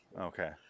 Okay